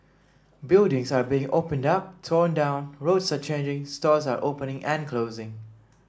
buildings are being opened up torn down roads are changing stores are opening and closing